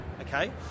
okay